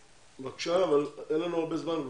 בבקשה, אבל אין לנו הרבה זמן.